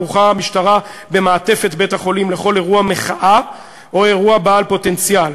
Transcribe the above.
ערוכה המשטרה במעטפת בית-החולים לכל אירוע מחאה או אירוע בעל פוטנציאל.